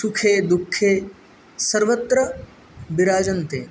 सुखे दुःखे सर्वत्र विराजन्ते